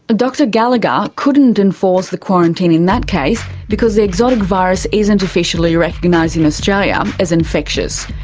dr gallagher couldn't enforce the quarantine in that case because the exotic virus isn't officially recognised in australia as infectious.